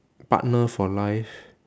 partner for life